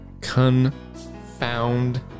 Confound